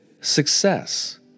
success